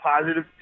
positive